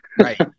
Right